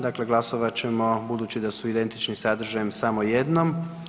Dakle, glasovat ćemo budući da su identični sadržajem samo jednom.